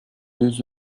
deux